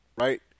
right